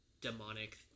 demonic